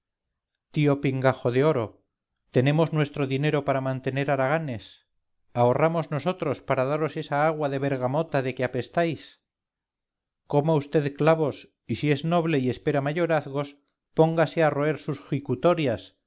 decía tío pingajo de oro tenemos nuestro dinero para mantener haraganes ahorramos nosotros para daros esa agua de bergamota de que apestáis coma vd clavos y si es noble y espera mayorazgos póngase a roer sus jicutorias